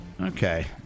Okay